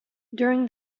during